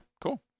cool